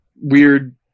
weird